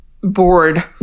bored